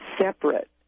separate